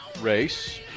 race